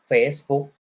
Facebook